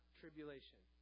tribulation